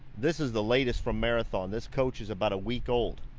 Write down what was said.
this is the latest from marathon. this coach is about a week old.